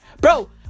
Bro